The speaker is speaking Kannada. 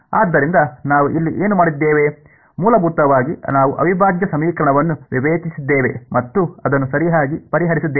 ಆದ್ದರಿಂದ ನಾವು ಇಲ್ಲಿ ಏನು ಮಾಡಿದ್ದೇವೆ ಮೂಲಭೂತವಾಗಿ ನಾವು ಅವಿಭಾಜ್ಯ ಸಮೀಕರಣವನ್ನು ವಿವೇಚಿಸಿದ್ದೇವೆ ಮತ್ತು ಅದನ್ನು ಸರಿಯಾಗಿ ಪರಿಹರಿಸಿದ್ದೇವೆ